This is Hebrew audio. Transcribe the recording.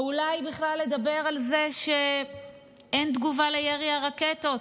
או אולי בכלל לדבר על זה שאין תגובה לירי הרקטות?